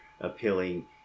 appealing